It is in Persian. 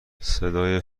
صدای